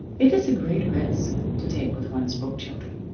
it is a great risk to take with one's book-children.